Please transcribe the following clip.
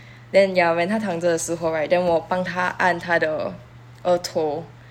then ya when 他躺着的时候 right then 我帮他按他的额头